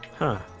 huh,